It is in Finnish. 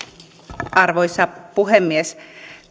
arvoisa puhemies